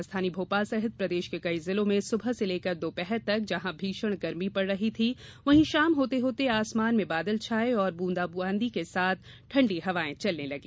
राजधानी भोपाल सहित प्रदेश के कई जिलों में सुबह से लेकर दोपहर तक जहां भीषण गरमी पड़ रही थी वहीं शाम होते होते आसमान में बादल छाये और बूंदाबादी के साथ ठण्डी हवाए चलने लगी